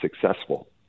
successful